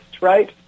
right